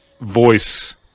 voice